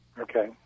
Okay